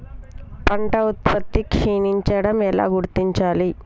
పంట ఉత్పత్తి క్షీణించడం ఎలా గుర్తించాలి?